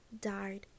died